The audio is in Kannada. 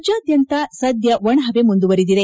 ರಾಜ್ಕಾದ್ಮಂತ ಸದ್ಮ ಒಣಪವೆ ಮುಂದುವರೆದಿದೆ